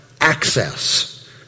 access